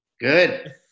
Good